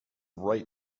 right